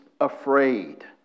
afraid